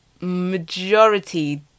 majority